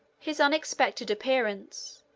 his unexpected appearance,